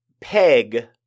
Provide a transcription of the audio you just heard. peg